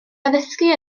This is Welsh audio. addysgu